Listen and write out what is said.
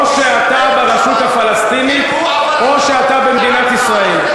או שאתה ברשות הפלסטינית או שאתה במדינת ישראל.